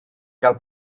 gael